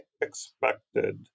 expected